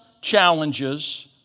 challenges